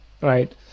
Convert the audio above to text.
right